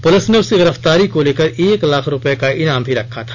police ने उसकी गिरफ्तारी को लेकर एक लाख रुपये का इनाम भी रखा था